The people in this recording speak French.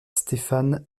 stefan